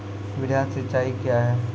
वृहद सिंचाई कया हैं?